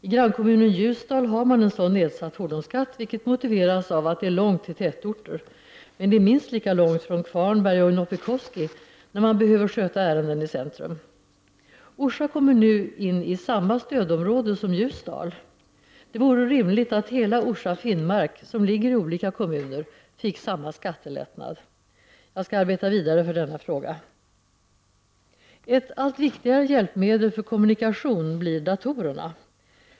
I grannkommunen Ljusdal har man en sådan nedsatt fordonsskatt, vilket motiveras av att det är långt till tätorter. Men det är minst lika långt från Kvarnberg och Noppikoski när man behöver sköta ärenden i centrum. Orsa kommer nu in i samma stödområde som Ljusdal. Det vore rimligt att hela Orsa Finnmark, som ligger i olika kommuner, fick samma skattelättnad. Jag skall arbeta vidare för denna fråga. Ett allt viktigare hjälpmedel för kommunikation blir datorerna.